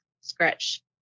scratch